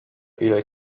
إلى